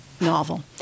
novel